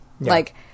Like-